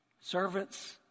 servants